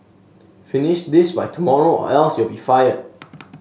finish this by tomorrow or else you'll be fired